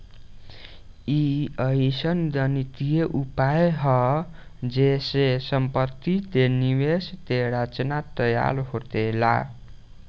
ई अइसन गणितीय उपाय हा जे से सम्पति के निवेश के रचना तैयार होखेला